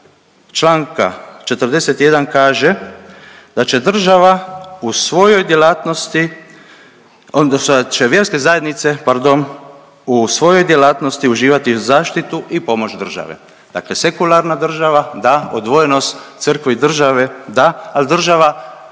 članka 41. kaže da će država u svojoj djelatnosti, odnosno da će vjerske zajednice, pardon u svojoj djelatnosti uživati zaštitu i pomoć države. Dakle, sekularna država da, odvojenost crkve i države da. Ali država